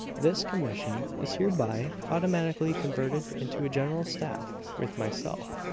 this commission is hereby automatically converted into a general staff, with myself,